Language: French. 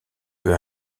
peu